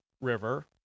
River